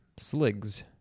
sligs